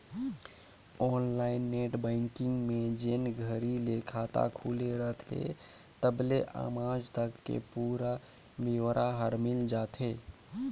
online net banking में जेन घरी ले खाता खुले रथे तबले आमज तक के पुरा ब्योरा हर मिल जाथे